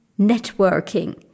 networking